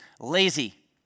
lazy